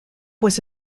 was